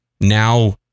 now